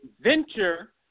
venture